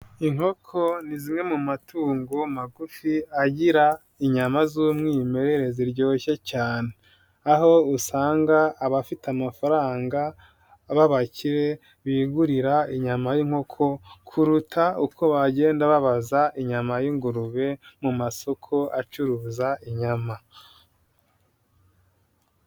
Inkoko ni zimwe mu matungo magufi agira inyama z'umwimerere ziryoshye cyane aho usanga abafite amafaranga b'abakire bigurira inyama y'inkoko kuruta uko bagenda babaza inyama y'ingurube mu masoko acuruza inyama.